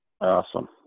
Awesome